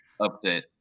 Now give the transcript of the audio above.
Update